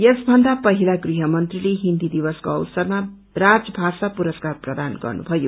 यस भन्दा पहिला गृहमन्त्रीले हिने दिवसको अवसरमा राजभाषा पुरस्कार प्रदान गर्नुभयो